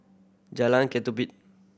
Jalan Ketumbit